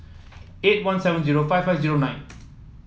eight one seven zero five five zero nine